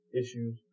issues